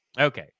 Okay